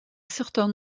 certain